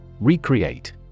Recreate